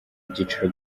byiciro